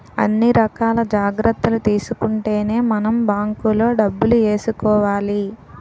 అన్ని రకాల జాగ్రత్తలు తీసుకుంటేనే మనం బాంకులో డబ్బులు ఏసుకోవాలి